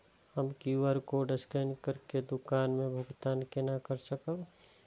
हम QR code scan करके दुकान में भुगतान केना कर सकब?